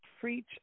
preach